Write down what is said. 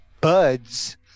buds